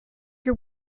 your